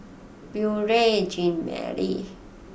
Beurel Jean Marie